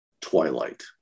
twilight